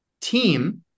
team